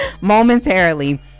Momentarily